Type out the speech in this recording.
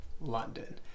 London